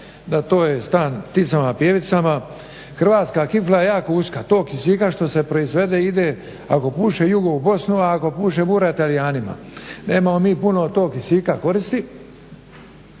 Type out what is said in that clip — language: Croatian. da to je stan pticama pjevicama. Hrvatska kifla je jako uska. To kisika što se proizvede ide ako puše jugo u Bosnu, a ako puše bura Talijanima. Nemamo mi puno od tog kisika koristi.